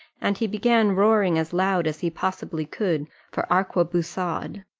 and he began roaring as loud as he possibly could for arquebusade.